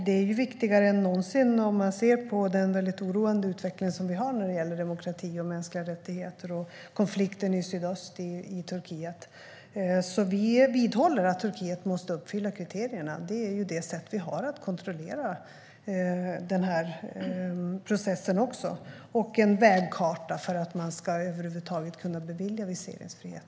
Det är viktigare än någonsin när vi nu ser den oroande utvecklingen vad gäller demokrati och mänskliga rättigheter och konflikten i sydöst i Turkiet. Vi vidhåller att Turkiet måste uppfylla kriterierna. Det är det sätt vi har att kontrollera denna process och en vägkarta för att man över huvud taget ska kunna bevilja viseringsfrihet.